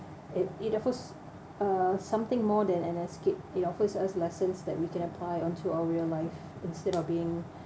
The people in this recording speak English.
and in the first uh something more than an escape it offers us lessons that we can apply onto our real life instead of being uh